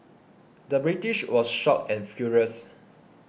the British was shocked and furious